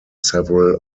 several